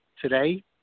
today